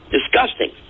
Disgusting